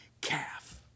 calf